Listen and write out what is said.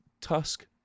Tusk